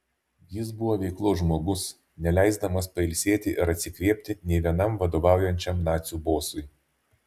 jis buvo veiklos žmogus neleisdamas pailsėti ir atsikvėpti nei vienam vadovaujančiam nacių bosui